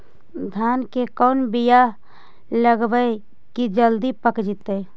धान के कोन बियाह लगइबै की जल्दी पक जितै?